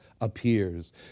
appears